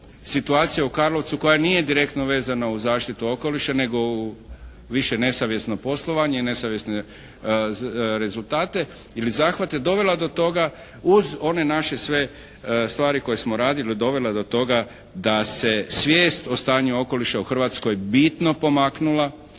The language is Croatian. situacija u Karlovcu koja nije direktno vezana uz zaštitu okoliša, nego u više nesavjesno poslovanje i nesavjesne rezultate ili zahvate dovela do toga uz one naše sve stvari koje smo radili dovela do toga da se svijest o stanju okoliša u Hrvatskoj bitno pomaknula,